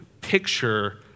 picture